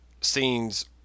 scenes